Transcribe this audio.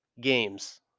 games